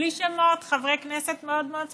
ובלי שמות, חברי כנסת מאוד מאוד ספציפיים,